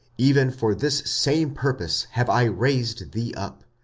even for this same purpose have i raised thee up,